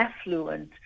affluent